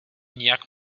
nijak